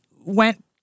went